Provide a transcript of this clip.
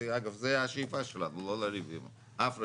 ודרך אגב, זו השאיפה שלנו, לא לריב עם אף רשות.